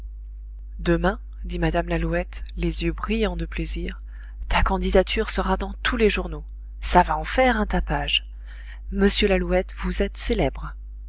demain dit mme lalouette les yeux brillants de plaisir ta candidature sera dans tous les journaux ça va en faire un tapage monsieur lalouette vous êtes célèbre